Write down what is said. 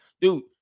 dude